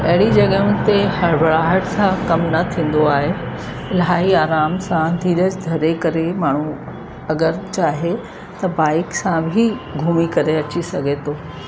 अहिड़ी जॻहियूं ते हड़बड़ाहट सां कमु न थींदो आहे इलाही आराम सां धीरज धरे करे माण्हू अगरि चाहे त बाइक सां बि घुमी करे अची सघे थो